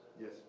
Yes